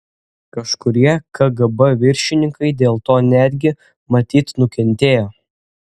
kažkurie kgb viršininkai dėl to netgi matyt nukentėjo